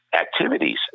activities